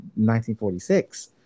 1946